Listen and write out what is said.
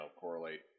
correlate